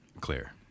clear